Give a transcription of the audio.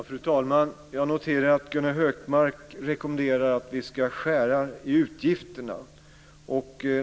Fru talman! Jag noterar att Gunnar Hökmark rekommenderar att vi ska skära i utgifterna.